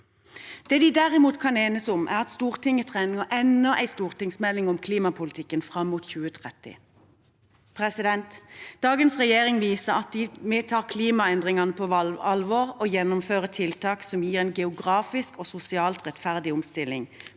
Det de derimot kan enes om, er at Stortinget trenger enda en stortingsmelding om klimapolitikken fram mot 2030. Dagens regjering viser at vi tar klimaendringene på alvor, og gjennomfører tiltak som gir en geografisk og sosialt rettferdig omstilling.